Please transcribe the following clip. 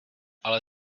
ale